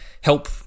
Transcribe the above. help